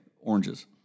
Oranges